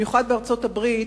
במיוחד בארצות-הברית,